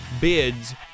bids